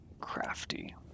crafty